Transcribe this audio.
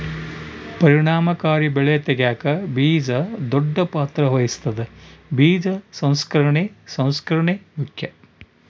ಪರಿಣಾಮಕಾರಿ ಬೆಳೆ ತೆಗ್ಯಾಕ ಬೀಜ ದೊಡ್ಡ ಪಾತ್ರ ವಹಿಸ್ತದ ಬೀಜ ಸಂರಕ್ಷಣೆ ಸಂಸ್ಕರಣೆ ಮುಖ್ಯ